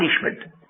punishment